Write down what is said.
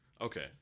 Okay